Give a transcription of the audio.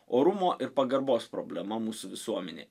orumo ir pagarbos problema mūsų visuomenėj